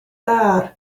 dda